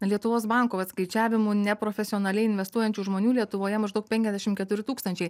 lietuvos banko vat skaičiavimu neprofesionaliai investuojančių žmonių lietuvoje maždaug penkiasdešim keturi tūkstančiai